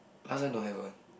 last time don't have one